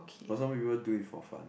for some people do it for fun